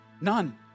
none